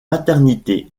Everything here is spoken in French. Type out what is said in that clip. maternités